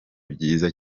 byiza